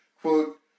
Quote